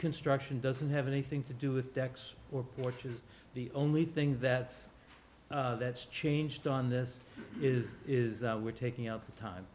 construction doesn't have anything to do with decks or porches the only thing that's that's changed on this is is we're taking out the time